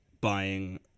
buying